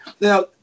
now